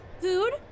Food